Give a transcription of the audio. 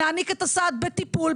נעניק את הסעד בטיפול,